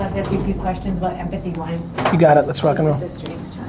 few questions about empathy wines you got it, let's rock and roll.